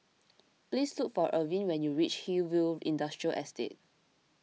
please look for Irvin when you reach Hillview Industrial Estate